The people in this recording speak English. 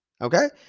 okay